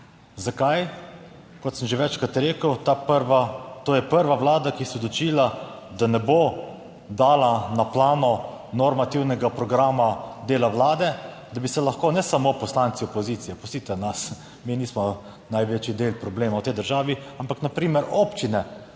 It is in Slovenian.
Zakaj? Kot sem že večkrat rekel, to je prva vlada, ki se je odločila, da ne bo dala na plano normativnega programa dela vlade, da bi se lahko ne samo poslanci opozicije, pustite nas, mi nismo največji del problema v tej državi, ampak na primer občine